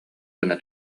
гына